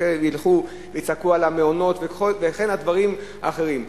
וילכו ויצעקו על המעונות וכן על דברים אחרים.